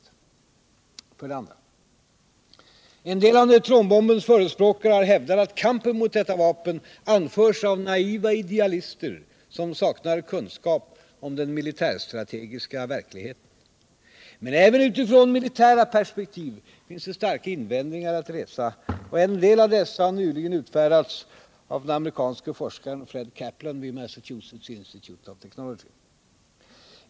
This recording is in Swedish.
För det andra — en del av neutronbombens förespråkare har hävdat att kampen mot detta vapen anförs av naiva idealister som saknar kunskap om den militärstrategiska verkligheten. Men även utifrån militära perspektiv finns det starka invändningar att resa. En del av dessa har nyligen utvecklats av den amerikanske forskaren Fred Kaplan, vid Massachusetts Institute of Technology.